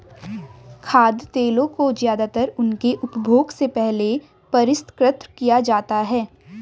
खाद्य तेलों को ज्यादातर उनके उपभोग से पहले परिष्कृत किया जाता है